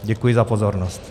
Děkuji za pozornost.